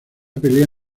pelea